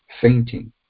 fainting